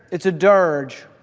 it's a dirge,